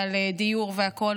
על דיור והכול,